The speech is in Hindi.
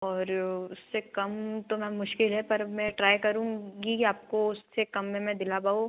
और उससे कम तो मैम मुश्किल है पर मैं ट्राई करूंगी कि आपको उससे कम में मैं दिला पाऊँ